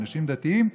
אנשים דתיים,